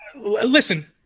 Listen